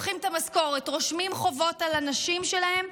לוקחים את המשכורת, רושמים חובות על הנשים שלהם,